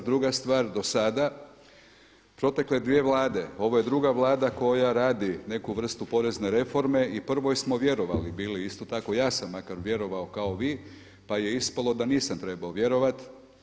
Druga stvar, dosada protekle dvije Vlade, ovo je druga Vlada koja radi neku vrstu porezne reforme i prvoj smo vjerovali bili isto tako, ja sam makar vjerovao kao vi pa je ispalo da nisam trebao vjerovati.